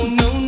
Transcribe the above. no